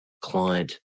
client